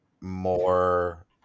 more